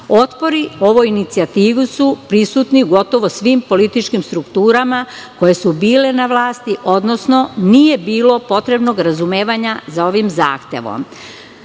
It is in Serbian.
Otpori ovoj inicijativi su prisutni u svim političkim strukturama koje su bile na vlasti, odnosno nije bilo potrebnog razumevanja za ovim zahtevom.